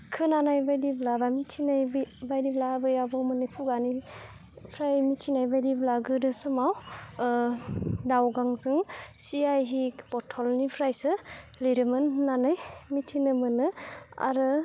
खोनायनाय बायदिब्ला बा मिथिनाय बि बायदिब्ला आबै आबौमोननि खुगानिफ्राय मिथिनाय बायदिब्ला गोदो समाव दावगांजों सिआईहि बथलनिफ्रायसो लिरोमोन होननानै मिथिनो मोनो आरो